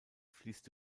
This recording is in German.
fließt